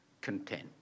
content